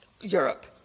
Europe